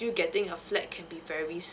you getting a flat can be very